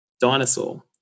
dinosaur